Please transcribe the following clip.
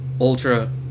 Ultra